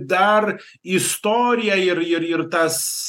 dar istorija ir ir ir tas